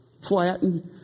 flattened